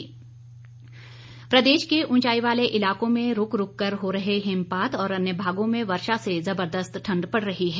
मौसम प्रदेश के ऊंचाई वाले इलाकों में रूक रूक कर हो रहे हिमपात और अन्य भागों में वर्षा से जबरदस्त ठंड पड़ रही है